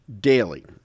daily